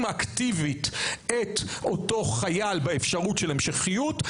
אקטיבית את אותו חייל באפשרות של המשכיות.